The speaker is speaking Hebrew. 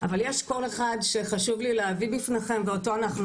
אבל יש קול אחד שחשוב לי להביא בפניכם ואותו אנחנו